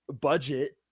budget